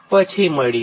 પછી મળીએ